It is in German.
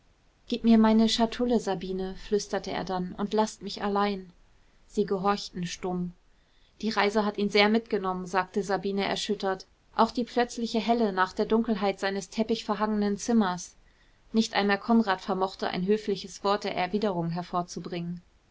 gib mir meine schatulle sabine flüsterte er dann und laßt mich allein sie gehorchten stumm die reise hat ihn sehr mitgenommen sagte sabine erschüttert auch die plötzliche helle nach der dunkelheit seines teppichverhangenen zimmers nicht einmal konrad vermochte ein höfliches wort der erwiderung hervorzubringen